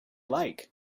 like